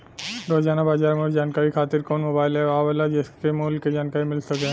रोजाना बाजार मूल्य जानकारी खातीर कवन मोबाइल ऐप आवेला जेसे के मूल्य क जानकारी मिल सके?